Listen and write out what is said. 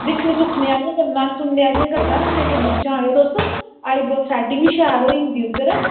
दिक्खने सुनने आह्लियां गल्लां न जायो तुस सेटिंग शैल होई जंदी उद्धर